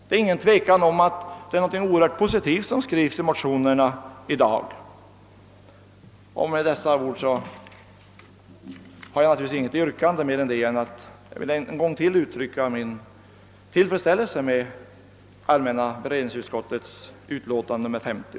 Det råder inget tvivel om att motionernas förslag innebär något mycket positivt. Jag har givetvis inget yrkande att framställa men vill bara än en gång ut” trycka min tillfredsställelse över allmänna beredningsutskottets utlåtande nr 50.